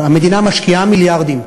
המדינה משקיעה מיליארדים,